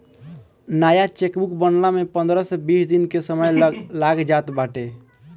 नया चेकबुक बनला में पंद्रह से बीस दिन के समय लाग जात बाटे